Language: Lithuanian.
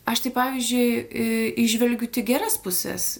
aš tai pavyzdžiui įžvelgiu tik geras pusės